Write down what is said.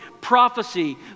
prophecy